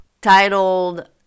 Titled